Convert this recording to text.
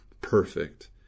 perfect